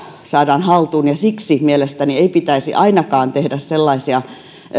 saadaan haltuun siksi mielestäni ei pitäisi ainakaan tehdä sellaisia